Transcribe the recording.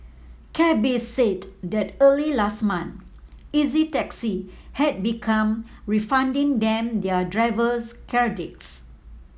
cabbies said that early last month Easy Taxi had began refunding them their drivers credits